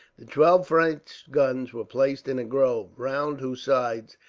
the twelve french guns were placed in a grove, round whose sides,